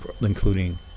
including